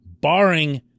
barring